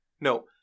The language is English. no